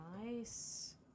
Nice